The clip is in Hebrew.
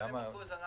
80% אנחנו